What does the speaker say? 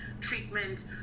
treatment